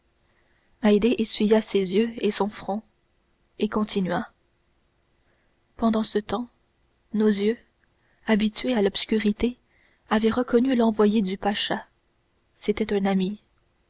essuya ses yeux et son front et continua pendant ce temps nos yeux habitués à l'obscurité avaient reconnu l'envoyé du pacha c'était un ami